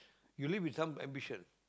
you live with some ambition